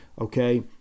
Okay